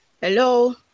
Hello